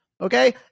Okay